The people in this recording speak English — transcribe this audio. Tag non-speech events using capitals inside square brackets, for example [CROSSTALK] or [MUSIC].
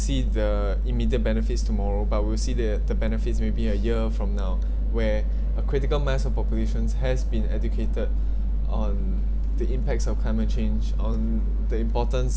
see the immediate benefits tomorrow but will see the the benefits maybe a year from now [BREATH] where [BREATH] a critical mass of population has been educated [BREATH] on the impacts of climate change on the importance